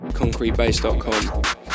concretebase.com